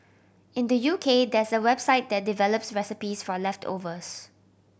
in the U K there's a website that develops recipes for leftovers